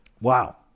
Wow